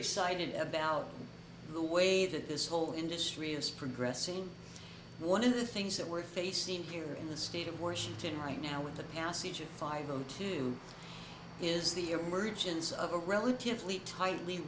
excited about the way that this whole industry is progressing one of the things that we're facing here in the state of washington right now with the passage of five o two is the emergence of a relatively tightly